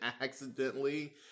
accidentally